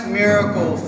miracle